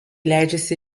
leidžiasi